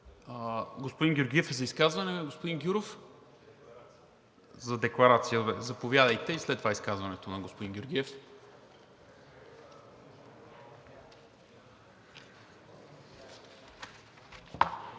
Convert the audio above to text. господин Гюров? За декларация. Заповядайте. И след това изказването на господин Георгиев.